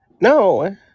no